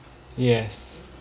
yes